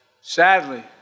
Sadly